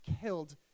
killed